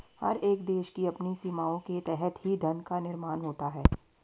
हर एक देश की अपनी सीमाओं के तहत ही धन का निर्माण होता है